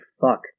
fuck